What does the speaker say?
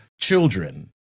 children